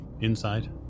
Inside